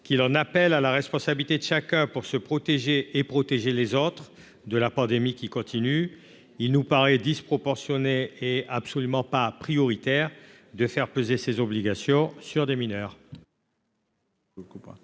qu'il en appelle à la responsabilité de chacun pour se protéger et protéger les autres de la pandémie qui continue de sévir, il ne nous paraît ni proportionné ni prioritaire de faire peser ces obligations sur les mineurs.